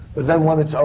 but then when it's over.